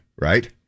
right